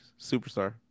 Superstar